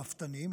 הרפתנים,